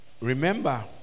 Remember